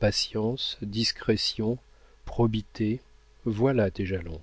patience discrétion probité voilà tes jalons